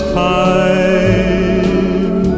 time